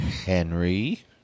Henry